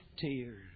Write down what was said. tears